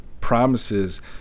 promises